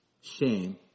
shame